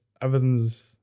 everything's